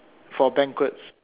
for banquets